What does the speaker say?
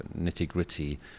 nitty-gritty